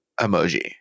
emoji